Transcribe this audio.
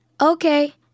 Okay